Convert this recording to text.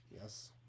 Yes